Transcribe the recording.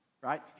right